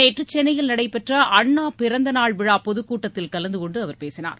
நேற்று சென்னையில் நடைபெற்ற அண்ணா பிறந்த நாள் விழா பொதுக்கூட்டத்தில் கலந்து கொண்டு அவர் பேசினார்